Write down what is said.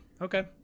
okay